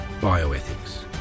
bioethics